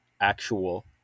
actual